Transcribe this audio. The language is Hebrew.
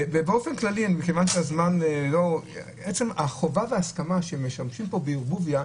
באופן כללי החובה וההסכמה שמשמשים פה בערבוביה,